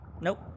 Nope